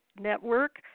Network